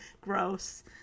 Gross